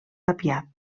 tapiat